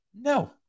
No